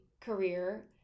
career